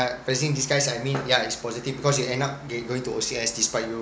blessing disguise I mean yeah it's positive because you end up ge~ going to O_C_S despite you